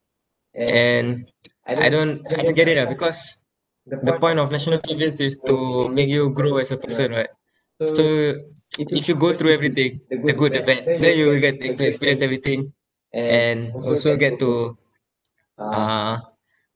and I don't I don't get it ah because the point of national service is to make you grow as a person right so if you go through everything the good the bad then you'll get to experience everything and also get to uh